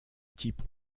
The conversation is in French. type